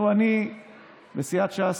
סיעת ש"ס,